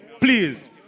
Please